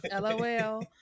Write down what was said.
LOL